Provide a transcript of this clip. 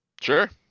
Sure